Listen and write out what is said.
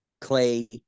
Clay